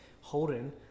Holden